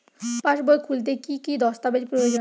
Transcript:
পাসবই খুলতে কি কি দস্তাবেজ প্রয়োজন?